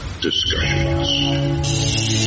Discussions